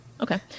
Okay